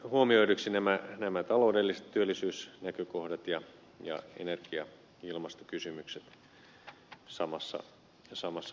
tässä tulevat huomioiduiksi nämä taloudelliset työllisyysnäkökohdat ja energia ja ilmastokysymykset samassa paketissa